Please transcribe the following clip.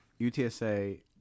UTSA